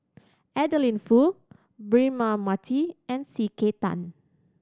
Adeline Foo Braema Mathi and C K Tang